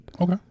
Okay